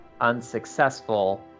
unsuccessful